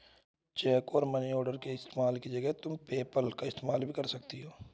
check और money order के इस्तेमाल की जगह तुम पेपैल का इस्तेमाल भी कर सकती हो